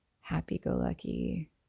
happy-go-lucky